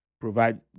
provide